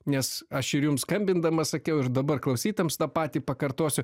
nes aš ir jums skambindamas sakiau ir dabar klausytojams tą patį pakartosiu